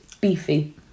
beefy